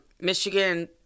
Michigan